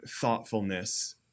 thoughtfulness